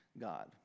God